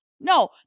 No